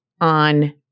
on